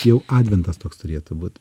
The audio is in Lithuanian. jau adventas toks turėtų būt